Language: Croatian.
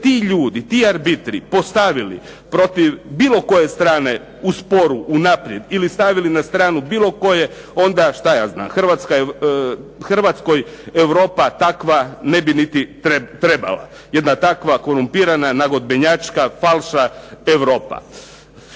ti ljudi, ti arbitri postavili protiv bilo koje strane u sporu unaprijed ili stavili na stranu bilo koje onda šta ja znam, Hrvatskoj Europa takva ne bi niti trebala jedna takva korumpirana nagodbenjačka falša Europa.